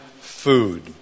food